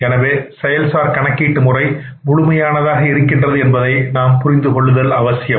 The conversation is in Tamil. எனவே செயல் சார் கணக்கீட்டு முறை முழுமையானதாக இருக்கின்றது என்பதை நாம் புரிந்து கொள்ளல் அவசியம்